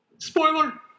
Spoiler